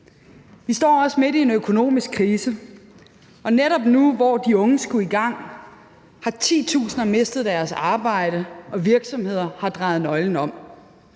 Vi står også midt i en økonomisk krise, og netop nu, hvor de unge skulle i gang, har titusinder mistet deres arbejde, og virksomheder har drejet nøglen om.